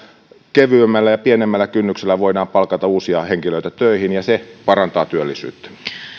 kevyemmällä ja pienemmällä kynnyksellä voidaan palkata uusia henkilöitä töihin ja se parantaa työllisyyttä